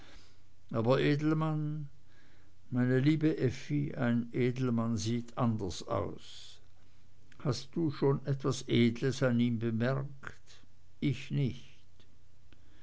aber edelmann meine liebe effi ein edelmann sieht anders aus hast du schon etwas edles an ihm bemerkt ich nicht